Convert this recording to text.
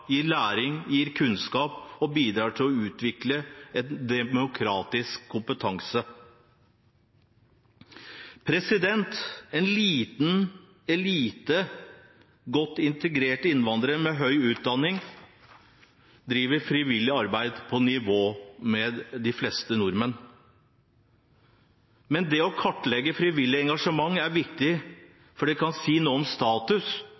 gir læring og kunnskap og bidrar til å utvikle demokratisk kompetanse. En liten elite godt integrerte innvandrere med høy utdanning driver frivillig arbeid på nivå med nordmenn flest. Men det å kartlegge frivillig engasjement er viktig, for det kan si noe om status